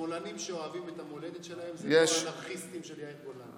שמאלנים שאוהבים את המולדת שלהם זה לא האנרכיסטים של יאיר גולן.